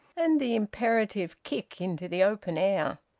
and the imperative kick into the open air.